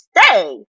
stay